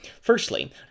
Firstly